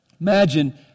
Imagine